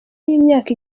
y’imyaka